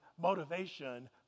motivation